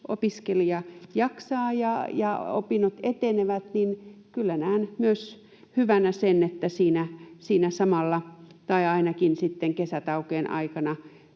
opiskelija jaksaa ja opinnot etenevät, kyllä näen myös hyvänä sen, että siinä samalla, tai ainakin sitten kesätaukojen aikana,